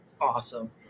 awesome